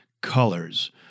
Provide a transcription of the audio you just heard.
colors